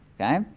okay